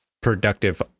productive